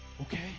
okay